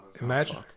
Imagine